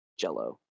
Jello